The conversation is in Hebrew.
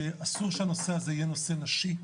שאסור שהנושא הזה יהיה נושא נשי,